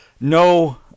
no